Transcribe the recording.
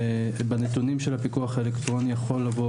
בנתונים של הפיקוח האלקטרוני יכול לבוא